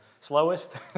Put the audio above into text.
slowest